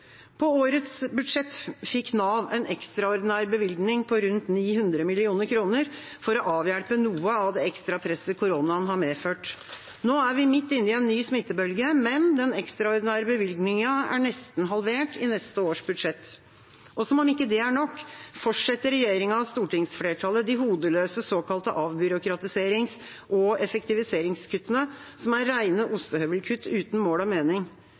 På årets budsjett fikk Nav en ekstraordinær bevilgning på rundt 900 mill. kr for å avhjelpe noe av det ekstra presset koronaen har medført. Nå er vi midt inne i en ny smittebølge, men den ekstraordinære bevilgningen er nesten halvert i neste års budsjett. Som om ikke det er nok, fortsetter regjeringa og stortingsflertallet de hodeløse såkalte avbyråkratiserings- og effektiviseringskuttene, som er reine ostehøvelkutt uten mål og mening.